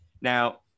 now